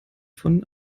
von